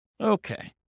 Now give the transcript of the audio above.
Okay